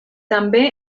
també